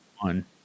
one